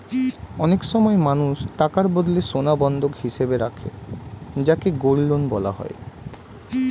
অনেক সময় মানুষ টাকার বদলে সোনা বন্ধক হিসেবে রাখে যাকে গোল্ড লোন বলা হয়